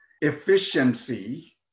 efficiency